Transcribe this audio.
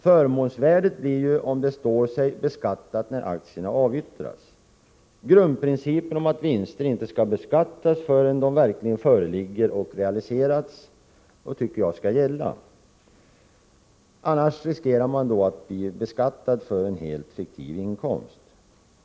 Förmånsvärdet blir ju, om det står sig, beskattat när aktierna avyttras. Grundprincipen om att vinster inte skall beskattas förrän de verkligen föreligger och har realiserats tycker jag skall gälla. Annars riskerar man att bli beskattad för en helt fiktiv inkomst.